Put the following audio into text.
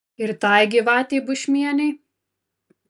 ir tai gyvatei bušmienei